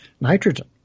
nitrogen